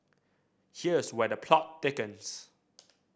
here's where the plot thickens